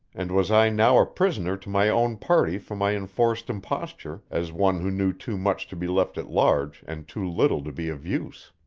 and was i now a prisoner to my own party for my enforced imposture, as one who knew too much to be left at large and too little to be of use?